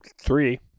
three